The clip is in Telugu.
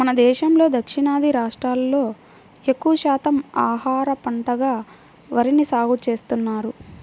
మన దేశంలో దక్షిణాది రాష్ట్రాల్లో ఎక్కువ శాతం ఆహార పంటగా వరిని సాగుచేస్తున్నారు